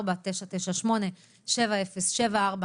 054-9987074,